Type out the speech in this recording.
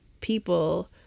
people